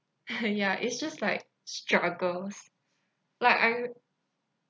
ya it's just like struggles like I